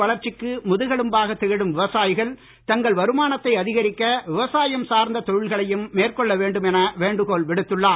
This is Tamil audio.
வளர்ச்சிக்கு முதுகெலும்பாக திகழும் விவசாயிகள் தங்கள் வருமானத்தை அதிகரிக்க விவசாயம் சார்ந்த தொழில்களையும் மேற்கொள்ள வேண்டும் என வேண்டுகோள் விடுத்துள்ளார்